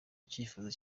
icyifuzo